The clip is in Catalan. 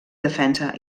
defensa